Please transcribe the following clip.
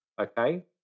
okay